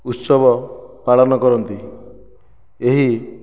ଉତ୍ସବ ପାଳନ କରନ୍ତି ଏହି